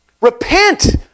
Repent